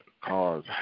cause